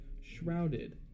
shrouded